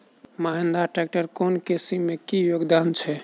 Mahindra tractor केँ कृषि मे की योगदान छै?